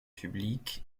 publics